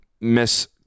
Miss